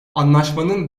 anlaşmanın